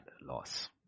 loss